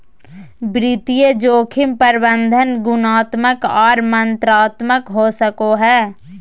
वित्तीय जोखिम प्रबंधन गुणात्मक आर मात्रात्मक हो सको हय